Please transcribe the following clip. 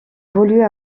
voulut